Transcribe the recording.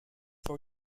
for